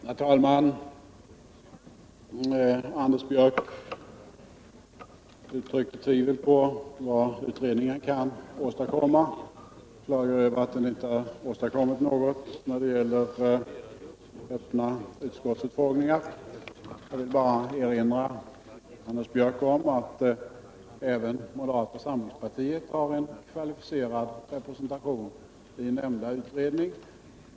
Herr talman! Anders Björck uttryckte tvivel om vad utredningen kan uträtta och klagade över att den inte har åstadkommit något när det gäller öppna utskottsutfrågningar. Jag vill bara erinra Anders Björck om att även moderata samlingspartiet har en kvalificerad representation i utredningen.